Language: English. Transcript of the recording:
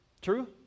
True